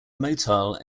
motile